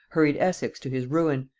hurried essex to his ruin,